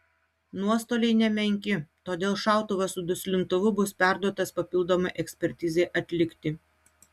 nuostoliai nemenki todėl šautuvas su duslintuvu bus perduotas papildomai ekspertizei atlikti